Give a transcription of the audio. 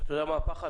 אתה יודע מה הפחד?